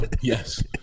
Yes